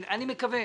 אני מקווה,